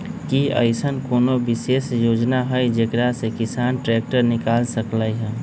कि अईसन कोनो विशेष योजना हई जेकरा से किसान ट्रैक्टर निकाल सकलई ह?